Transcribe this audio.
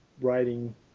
writing